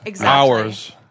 hours